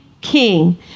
king